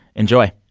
enjoy